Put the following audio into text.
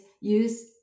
use